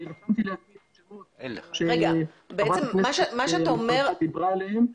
אני רשמתי לעצמי את השמות שחברת הכנסת דיברה עליהם.